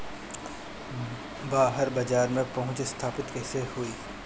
बाहर बाजार में पहुंच स्थापित कैसे होई?